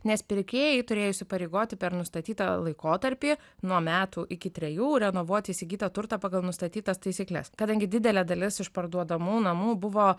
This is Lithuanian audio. nes pirkėjai turėjo įsipareigoti per nustatytą laikotarpį nuo metų iki trejų renovuoti įsigytą turtą pagal nustatytas taisykles kadangi didelė dalis iš parduodamų namų buvo